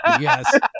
Yes